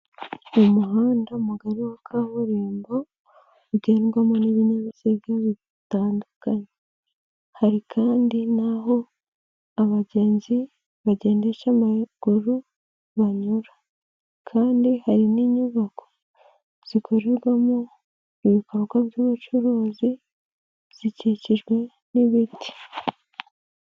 Mu muhanda mugari wa kaburimbo ugendwamo n'ibinyabiziga bitandukanye. Hari kandi n'aho abagenzi bagendesha amaguru banyura kandi hari n'inyubako, zikorerwamo ibikorwa by'ubucuruzi zikikijwe n'ibiti.